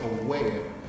aware